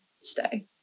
stay